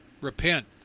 Repent